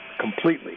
completely